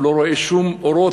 הוא לא רואה שום אורות,